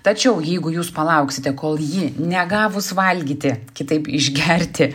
tačiau jeigu jūs palauksite kol ji negavus valgyti kitaip išgerti